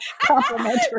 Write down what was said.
Complimentary